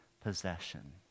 possession